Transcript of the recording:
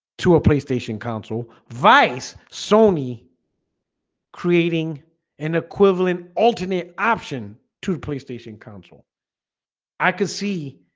to a playstation console vice sony creating an equivalent alternate option to playstation console i could see